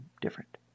different